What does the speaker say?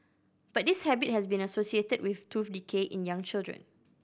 but this habit has been associated with tooth decay in young children